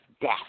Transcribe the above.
death